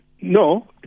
No